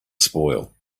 spoil